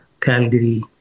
Calgary